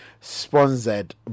sponsored